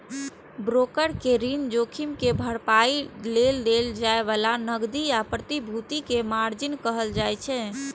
broker कें ऋण जोखिम के भरपाइ लेल देल जाए बला नकदी या प्रतिभूति कें मार्जिन कहल जाइ छै